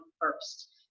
first